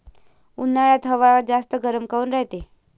उन्हाळ्यात हवा जास्त गरम काऊन रायते?